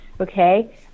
okay